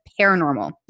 paranormal